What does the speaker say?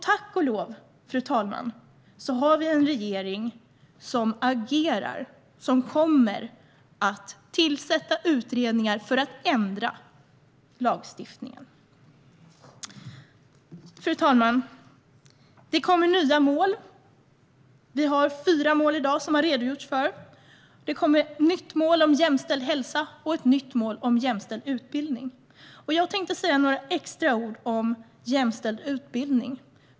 Tack och lov, fru talman, har vi en regering som agerar och som kommer att tillsätta utredningar för att ändra lagstiftningen. Fru talman! Det kommer nya mål. Vi har fyra mål som det har redogjorts för i dag. Det kommer ett nytt mål om jämställd hälsa och ett nytt mål om jämställd utbildning. Jag tänkte säga några extra ord om jämställd utbildning.